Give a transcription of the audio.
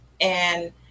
And-